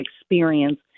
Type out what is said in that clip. experience